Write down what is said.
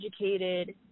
educated